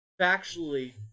factually